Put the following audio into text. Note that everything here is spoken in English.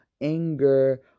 anger